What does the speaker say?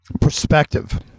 perspective